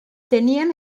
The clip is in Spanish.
tenían